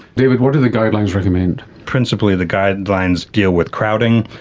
david, what do the guidelines recommend? principally the guidelines deal with crowding,